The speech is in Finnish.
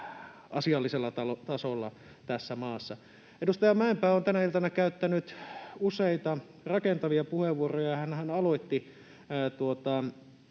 asiallisella tasolla tässä maassa. Edustaja Mäenpää on tänä iltana käyttänyt useita rakentavia puheenvuoroja. Hänhän aloitti